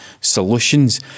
solutions